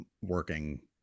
working